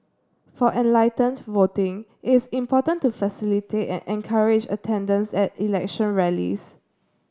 for enlightened voting it is important to facilitate and encourage attendance at election rallies